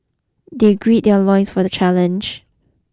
they gird their loins for the challenge